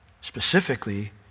specifically